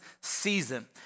season